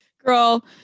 Girl